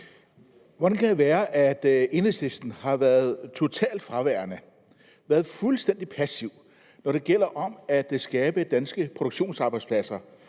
Hvordan kan det være, at Enhedslisten har været totalt fraværende, været fuldstændig passive, når det gælder om at skabe danske produktionsarbejdspladser